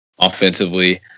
Offensively